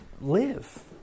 live